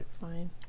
fine